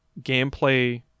gameplay